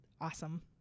Awesome